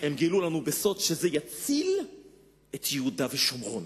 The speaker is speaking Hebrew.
הם גילו לנו בסוד שזה יציל את יהודה ושומרון.